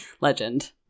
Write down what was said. Legend